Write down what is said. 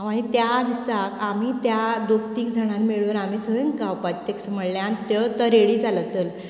हय त्या दिसा आनी त्या दोग तीग जाणांक मेळून आनी थंय गावपाचे तेका म्हळे आनी त्यो तो रेडी जालो चल